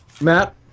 Matt